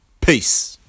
Peace